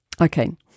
okay